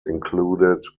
included